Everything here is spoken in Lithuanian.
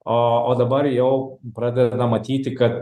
o o dabar jau pradeda matyti kad